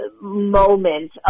moment